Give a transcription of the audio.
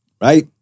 Right